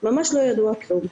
ממש לא ידוע כלום.